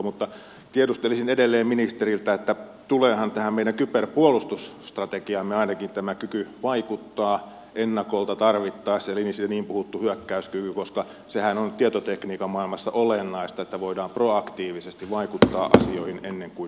mutta tiedustelisin edelleen ministeriltä tuleehan tähän meidän kyberpuolustusstrategiaamme ainakin tämä kyky vaikuttaa ennakolta tarvittaessa eli se niin puhuttu hyökkäyskyky koska sehän on tietotekniikan maailmassa olennaista että voidaan proaktiivisesti vaikuttaa asioihin ennen kuin ne tapahtuvat